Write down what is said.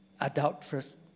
adulterous